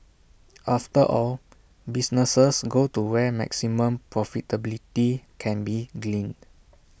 after all businesses go to where maximum profitability can be gleaned